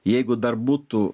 jeigu dar būtų